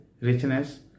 richness